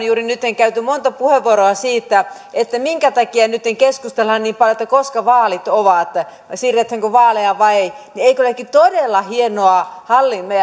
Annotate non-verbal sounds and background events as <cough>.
<unintelligible> juuri nytten käyty monta puheenvuoroa siitä minkä takia nytten keskustellaan niin paljon siitä koska vaalit ovat ja siirretäänkö vaaleja vai ei eikö olekin todella hienoa hallintoa <unintelligible>